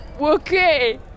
Okay